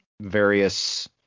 various